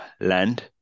land